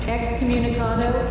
Excommunicado